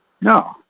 no